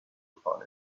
upon